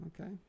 okay